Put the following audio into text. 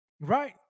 right